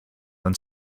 then